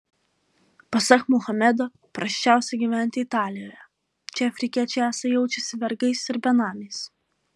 pasak muhamedo prasčiausia gyventi italijoje čia afrikiečiai esą jaučiasi vergais ir benamiais